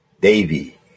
Davy